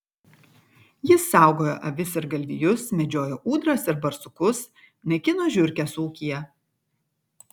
jis saugojo avis ir galvijus medžiojo ūdras ir barsukus naikino žiurkes ūkyje